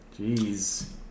Jeez